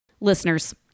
Listeners